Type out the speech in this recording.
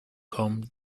come